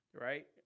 right